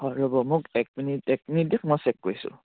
হয় ৰ'ব মোক এক মিনিট এক মিনিট দিয়ক মই চেক কৰিছোঁ